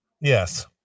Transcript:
yes